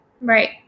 right